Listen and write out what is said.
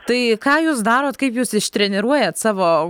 tai ką jūs darot kaip jūs ištreniruojat savo